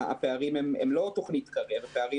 הפערים הם לא רק לגבי תוכנית קרב אלא הפערים